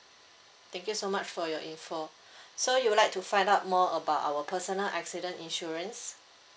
thank you so much for your info so you'd like to find out more about our personal accident insurance